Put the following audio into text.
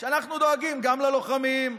שאנחנו דואגים גם ללוחמים,